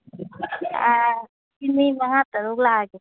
ꯃꯤ ꯃꯉꯥ ꯇꯔꯨꯛ ꯂꯥꯛꯑꯒꯦ